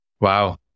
Wow